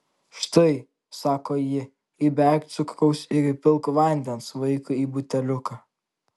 štai sako ji įberk cukraus ir įpilk vandens vaikui į buteliuką